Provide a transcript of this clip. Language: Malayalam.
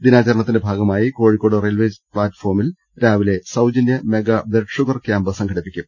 ദിനാചരണത്തിന്റെ ഭാഗമായി കോഴി ക്കോട് റെയിൽവേ പ്ലാറ്റ്ഫോമിൽ രാവിലെ സൌജന്യ മെഗാ ബ്ലഡ്ഷുഗർ ക്യാമ്പ് സംഘടിപ്പിക്കും